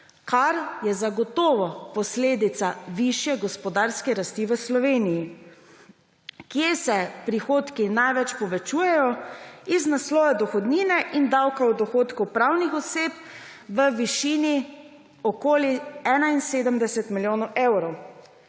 kar je zagotovo posledica višje gospodarske rasti v Sloveniji. Kje se prihodki najbolj povečujejo? Iz naslova dohodnine in davka od dohodkov pravnih oseb, v višini okoli 71 milijonov evrov.